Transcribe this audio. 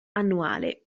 annuale